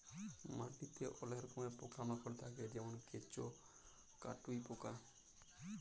মাটিতে অলেক রকমের পকা মাকড় থাক্যে যেমল কেঁচ, কাটুই পকা